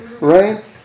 Right